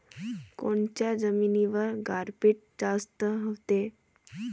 कोनच्या जमिनीवर गारपीट जास्त व्हते?